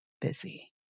busy